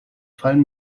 fallen